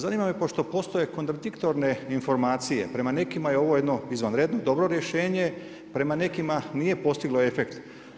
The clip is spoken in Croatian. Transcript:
Zanima me pošto postoje kontradiktorne informacije prema nekima je ovo jedno izvanredno, dobro rješenje, prema nekima nije postiglo efekt.